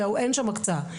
אין שם הקצאה.